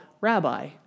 rabbi